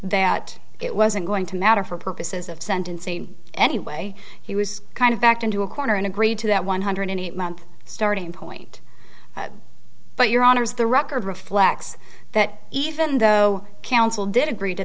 that it wasn't going to matter for purposes of sentencing anyway he was kind of backed into a corner and agreed to that one hundred eight month starting point but your honour's the record reflects that even though counsel did agree to